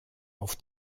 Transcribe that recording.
auf